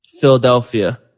Philadelphia